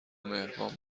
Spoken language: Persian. مهربان